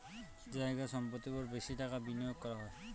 জায়গা সম্পত্তির ওপর বেশি টাকা বিনিয়োগ করা হয়